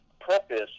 purpose